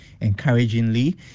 Encouragingly